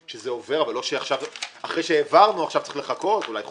אבל אחרי שהעברנו צריך לחכות אולי חודש,